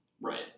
Right